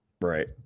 Right